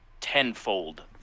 tenfold